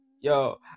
Yo